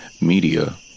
media